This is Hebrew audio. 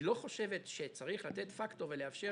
לא חושבת שצריך לתת פקטור ולאפשר